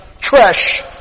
trash